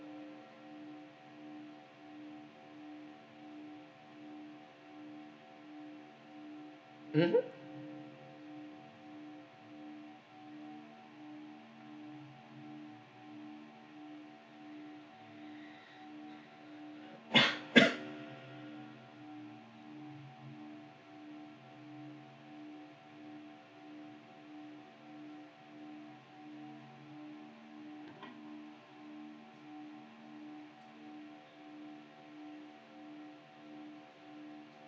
mmhmm